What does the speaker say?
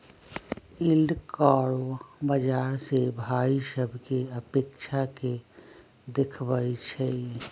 yield curve बाजार से भाइ सभकें अपेक्षा के देखबइ छइ